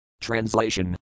Translation